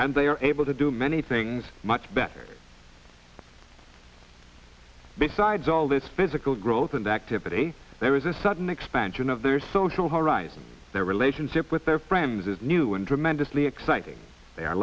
and they are able to do many things much better besides all this physical growth and activity there is a sudden expansion of their social horizon their relationship with their friends is new and tremendously exciting they are